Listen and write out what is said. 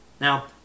Now